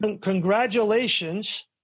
Congratulations